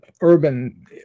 urban